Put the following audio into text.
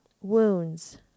wounds